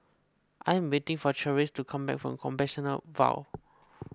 I am waiting for Cherise to come back from Compassvale Bow